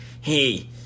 hey